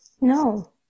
No